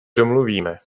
domluvíme